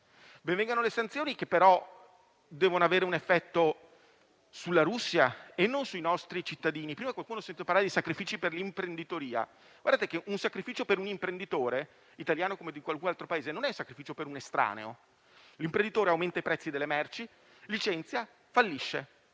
ben vengano le sanzioni, che però devono avere un effetto sulla Russia e non sui nostri cittadini. Prima ho sentito parlare qualcuno di sacrifici per l'imprenditoria. Ebbene, guardate che un sacrificio per un imprenditore, italiano come di un altro Paese, non è il sacrificio di un estraneo: l'imprenditore aumenta i prezzi delle merci, licenzia, fallisce.